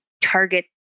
target